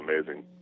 amazing